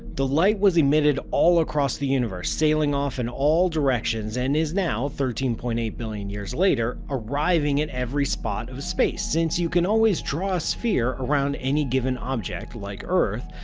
the light was emitted all across the universe, sailing off in all directions and is now, thirteen point eight billion years later, arriving at every spot of space, since you can always draw a sphere around any given object, like earth,